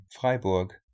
Freiburg